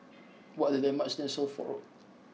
what are the landmarks near Suffolk Road